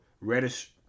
Reddish